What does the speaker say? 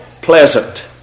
pleasant